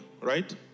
right